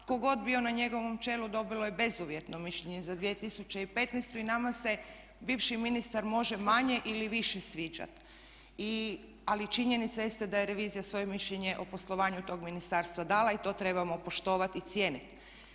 Tko god bio na njegovom čelu dobilo je bezuvjetno mišljenje za 2015. i nama se bivši ministar može manje ili više sviđati, ali činjenica jeste da je revizija svoje mišljenje o poslovanju tog ministarstva dala i to trebamo poštovati i cijeniti.